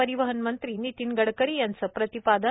परिवहन मंत्री नितीन गडकरी यांचं प्रतिपादन